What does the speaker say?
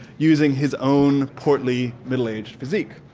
using his own portly middle-aged physique.